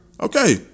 Okay